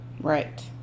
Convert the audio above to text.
Right